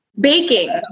Baking